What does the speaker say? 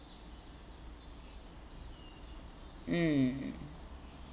um